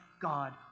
God